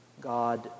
God